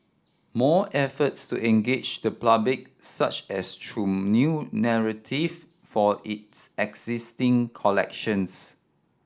more efforts to engage the public such as through new narrative for its existing collections